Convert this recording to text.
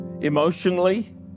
emotionally